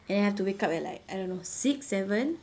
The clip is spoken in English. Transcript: and then I have to wake up at like I don't know six seven